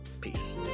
Peace